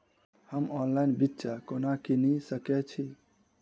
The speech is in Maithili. हम ऑनलाइन बिच्चा कोना किनि सके छी?